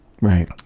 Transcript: Right